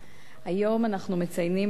היום אנחנו מציינים את יום זכויות